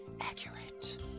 accurate